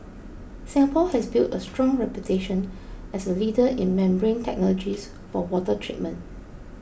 Singapore has built a strong reputation as a leader in membrane technologies for water treatment